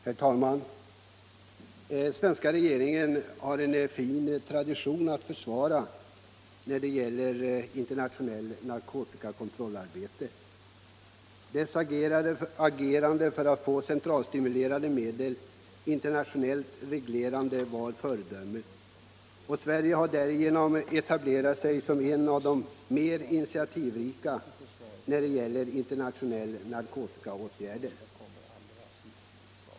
Herr talman! Svenska regeringen har en fin tradition att försvara när det gäller internationellt narkotikakontrollarbete. Dess agerande för att få frågorna kring centralstimulerande medel internationellt reglerade var föredömligt, och Sverige har därigenom etablerat sig som en av de mer initiativrika länderna när det gäller internationella narkotikaåtgärder.